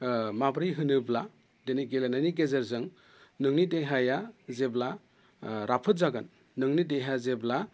माबोरै होनोब्ला दिनै गेलेनायनि गेजेरजों नोंनि देहाया जेब्ला राफोद जागोन नोंनि देहाया जेब्ला